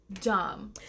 dumb